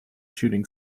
shooting